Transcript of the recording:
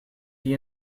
die